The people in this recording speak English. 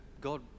God